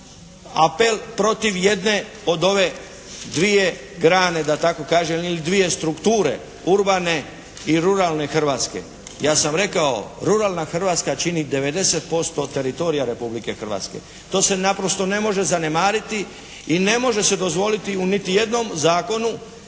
da tako kažem ili dvije strukture urbane i ruralne Hrvatske. Ja sam rekao ruralna Hrvatska čini 90% od teritorija Republike Hrvatske. To se naprosto ne može zanemariti i ne može se dozvoliti ni u jednom zakonu